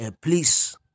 please